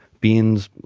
beans,